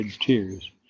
tears